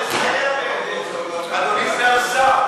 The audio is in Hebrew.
אני מקבל את הצעתו של חבר הכנסת חסון.